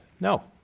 no